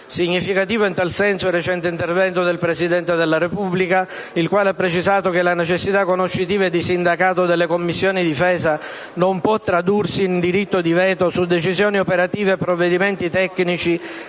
Significativo, in tal senso, il recente intervento del Presidente della Repubblica, il quale ha precisato che la necessità conoscitiva e di sindacato delle Commissioni difesa non può tradursi in diritto di veto su decisioni operative e provvedimenti tecnici